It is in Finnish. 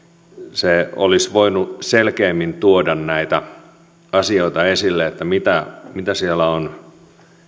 se olisi voinut selkeämmin tuoda näitä asioita esille mitä mitä siellä on